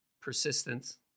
persistence